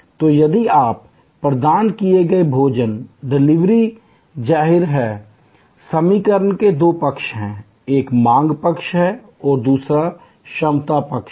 तो यदि आप प्रदान किए गए भोजन डिलीवरी जाहिर है समीकरण के दो पक्ष हैं एक मांग पक्ष है और दूसरा क्षमता पक्ष है